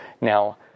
Now